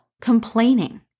complaining